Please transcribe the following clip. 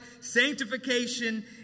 Sanctification